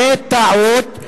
בטעות.